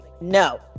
no